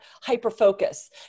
hyper-focus